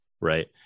right